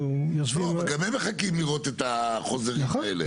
גם הם מחכים לראות את החוזרים האלה.